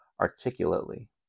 articulately